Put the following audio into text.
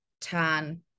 tan